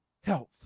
health